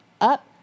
up